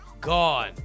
gone